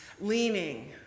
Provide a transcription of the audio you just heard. leaning